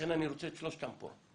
לכן אני רוצה את שלושתם פה.